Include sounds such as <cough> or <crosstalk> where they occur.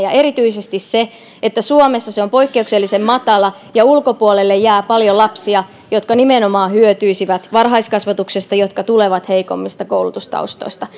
<unintelligible> ja erityisesti se että suomessa se on poikkeuksellisen matala ulkopuolelle jää paljon lapsia jotka nimenomaan hyötyisivät varhaiskasvatuksesta ja jotka tulevat heikoimmista koulutustaustoista <unintelligible>